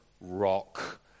rock